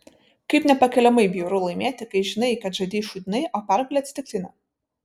kaip nepakeliamai bjauru laimėti kai žinai kad žaidei šūdinai o pergalė atsitiktinė